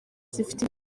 zifite